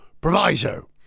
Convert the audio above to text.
proviso